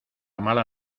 mala